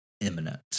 imminent